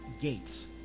gates